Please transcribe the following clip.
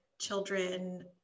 children